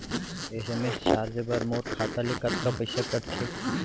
SMS charge बर मोर खाता ले कतका पइसा कटथे?